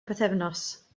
pythefnos